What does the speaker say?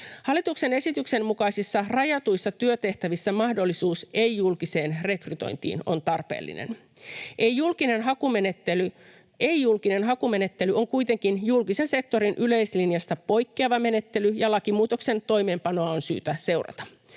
Hallituksen esityksen mukaisissa rajatuissa työtehtävissä mahdollisuus ei-julkiseen rekrytointiin on tarpeellinen. Ei-julkinen hakumenettely on kuitenkin julkisen sektorin yleislinjasta poikkeava menettely, ja lakimuutoksen toimeenpanoa on syytä seurata.